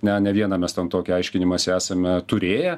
ne ne vieną mes ten tokį aiškinimąsi esame turėję